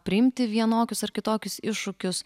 priimti vienokius ar kitokius iššūkius